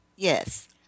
Yes